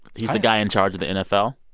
he's the guy in charge of the nfl.